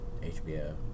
HBO